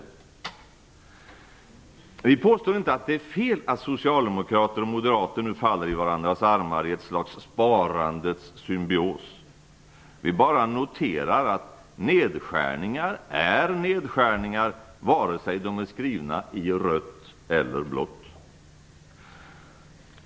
Vi påstår inte att det är fel att socialdemokrater och moderater nu faller i varandras armar i ett slags sparandets symbios. Vi bara noterar att nedskärningar är nedskärningar vare sig de är skrivna i rött eller blått.